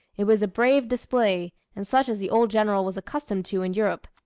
it was a brave display, and such as the old general was accustomed to, in europe.